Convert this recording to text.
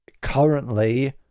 currently